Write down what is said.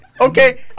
Okay